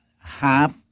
half